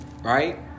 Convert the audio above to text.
right